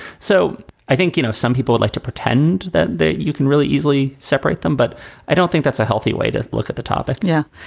so i think, you know, some people would like to pretend that you can really easily separate them, but i don't think that's a healthy way to look at the topic yeah,